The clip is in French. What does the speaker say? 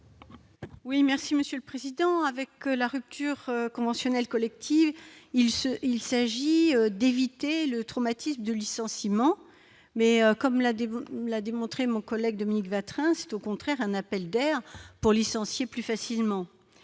Oui, merci Monsieur le Président, avec la rupture conventionnelle collective il s'il s'agit d'éviter le traumatisme de licenciement mais comme la débauche la démontrer mon collègue Dominique Vatrin, c'est au contraire un appel d'air pour licencier plus facilement